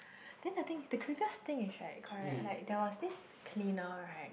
then the thing is that the creepiest thing is right correct like there was this cleaner right